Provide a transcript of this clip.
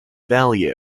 value